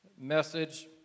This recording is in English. message